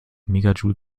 megajoule